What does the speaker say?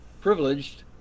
privileged